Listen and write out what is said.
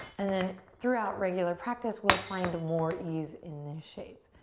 and then throughout regular practice we'll find more ease in the shape,